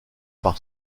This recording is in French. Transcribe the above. par